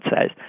says